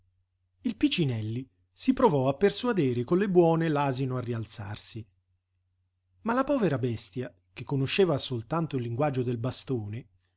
il picinelli si provò a persuadere con le buone l'asino a rialzarsi ma la povera bestia che conosceva soltanto il linguaggio del bastone